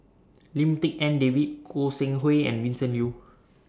Lim Tik En David Goi Seng Hui and Vincent Leow